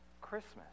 Christmas